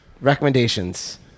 recommendations